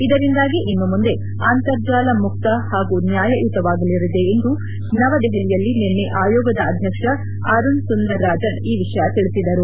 ಇದರಿಂದಾಗಿ ಇನ್ನು ಮುಂದೆ ಅಂತರ್ಜಾಲ ಮುಕ್ತ ಹಾಗೂ ನ್ಯಾಯುತವಾಗಿರಲಿದೆ ಎಂದು ನವದೆಹಲಿಯಲ್ಲಿ ನಿನ್ನೆ ಆಯೋಗದ ಅಧ್ಯಕ್ಷ ಅರುಣ ಸುಂದರರಾಜನ್ ಈ ವಿಷಯ ತಿಳಿಸಿದ್ದಾರೆ